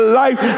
life